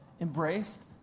embraced